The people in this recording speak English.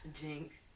Jinx